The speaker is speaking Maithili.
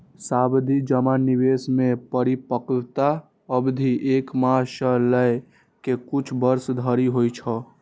सावाधि जमा निवेश मे परिपक्वता अवधि एक मास सं लए के किछु वर्ष धरि होइ छै